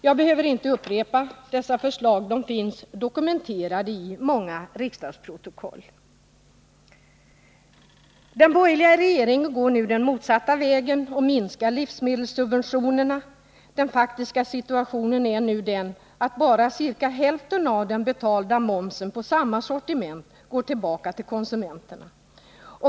Jag behöver inte upprepa dessa förslag, de finns dokumenterade i många riksdagsprotokoll. Den borgerliga regeringen går i stället den motsatta vägen och minskar livsmedelssubventionerna. Den faktiska situationen är nu den att bara ca hälften av den betalda momsen på samma sortiment går tillbaka till konsumenterna.